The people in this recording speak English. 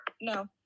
No